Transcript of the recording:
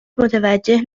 متوجه